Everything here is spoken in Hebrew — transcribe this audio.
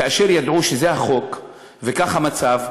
כאשר ידעו שזה החוק וזה המצב,